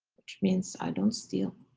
which means i don't steal.